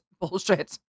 bullshit